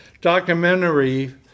documentary